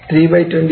320 0